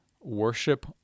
worship